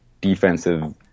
defensive